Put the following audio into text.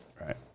Right